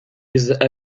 with